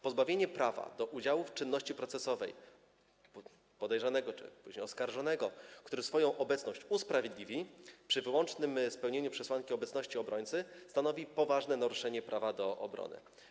Pozbawienie prawa udziału w czynności procesowej podejrzanego, czy później oskarżonego, który swoją nieobecność usprawiedliwi, przy wyłącznym spełnieniu przesłanki obecności obrońcy, stanowi poważne naruszenie prawa do obrony.